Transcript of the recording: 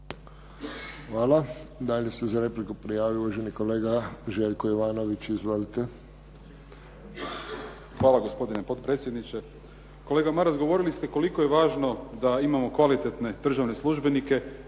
Hvala. Dalje se za repliku prijavio uvaženi kolega Željko Jovanović. Izvolite. **Jovanović, Željko (SDP)** Hvala gospodine potpredsjedniče. Kolega Maras govorili ste koliko je važno da imamo kvalitetne državne službenike